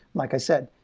like i said,